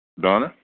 Donna